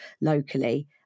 locally